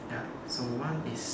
ya so one is